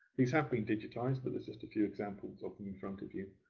these have been digitised, but there's just a few examples of them in front of you.